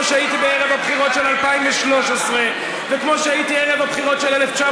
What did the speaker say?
שהייתי בערב הבחירות של 2013 וכמו שהייתי ערב הבחירות של 1996